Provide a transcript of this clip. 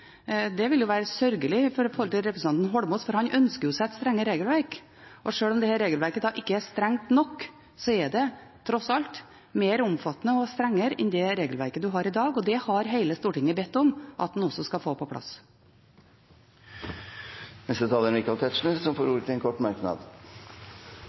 innlegg, vil vi i dag risikere at ingen regel blir vedtatt. Det ville bety at en ikke kan få behandlet dette før det har gått en tid. Det ville være sørgelig med tanke på representanten Eidsvoll Holmås, for han ønsker seg et strengere regelverk. Sjøl om dette regelverket ikke er strengt nok, er det tross alt mer omfattende og strengere enn det regelverket en har i dag, og det har hele Stortinget bedt om at en skal få